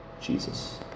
Jesus